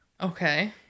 okay